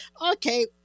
Okay